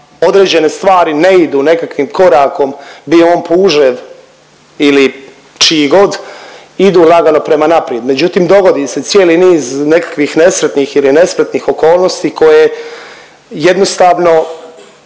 određene stvari ne idu nekakvim korakom di on puže ili čiji god idu lagano prema naprijed. Međutim, dogodi se cijeli niz nekakvih nesretnih ili nespretnih okolnosti koje jednostavno